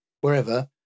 wherever